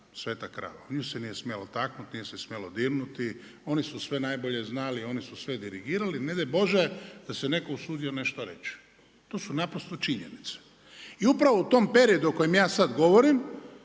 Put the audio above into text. sveta krava, nju se nije smjelo taknut nije se smjelo dirnuti, oni su sve najbolje znali, oni su sve dirigirali. Ne daj Bože da se neko usudio nešto reći, to su naprosto činjenice. I upravo u tom periodu o kojem ja sada govorim,